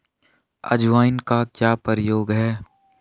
अजवाइन का क्या प्रयोग है?